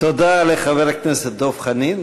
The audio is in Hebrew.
תודה לחבר הכנסת דב חנין.